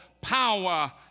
power